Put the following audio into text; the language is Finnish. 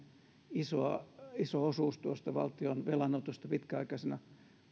iso osuus tuosta valtion velanotosta pitkäaikaisena